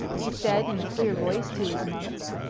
he said in a clear voice to his monks,